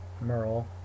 Merle